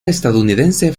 estadounidense